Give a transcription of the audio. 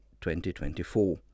2024